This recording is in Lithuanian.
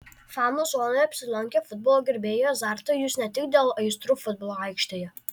fanų zonoje apsilankę futbolo gerbėjai azartą jus ne tik dėl aistrų futbolo aikštėje